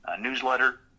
newsletter